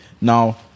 Now